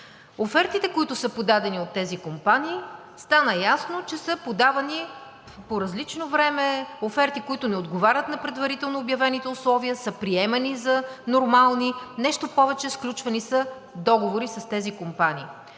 Офертите, които са подадени от тези компании, стана ясно, че са подавани по различно време, оферти, които не отговарят на предварително обявените условия, са приемани за нормални, нещо повече, сключвани са договори с тези компании.